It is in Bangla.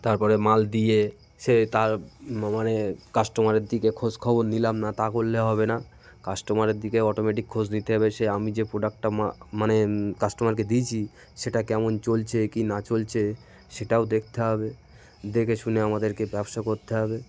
তার পরে মাল দিয়ে সে তার মানে কাস্টমারের দিকে খোঁজ খবর নিলাম না তা করলে হবে না কাস্টমারের দিকে অটোমেটিক খোঁজ নিতে হবে সে আমি যে প্রোডাক্টটা মা মানে কাস্টমারকে দিয়েছি সেটা কেমন চলছে কি না চলছে সেটাও দেখতে হবে দেখে শুনে আমাদেরকে ব্যবসা করতে হবে